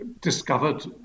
discovered